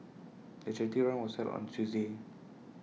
the charity run was held on A Tuesday